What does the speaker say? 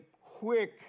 quick